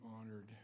honored